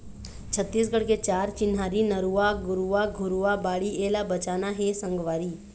छत्तीसगढ़ के चार चिन्हारी नरूवा, गरूवा, घुरूवा, बाड़ी एला बचाना हे संगवारी